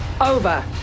over